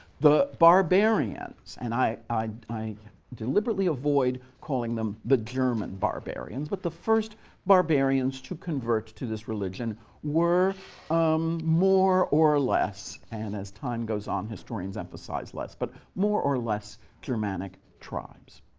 the barbarians and i i deliberately avoid calling them the german barbarians but the first barbarians to convert to this religion were um more or less and as time goes, on historians emphasize less but more or less germanic tribes.